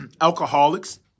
Alcoholics